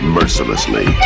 mercilessly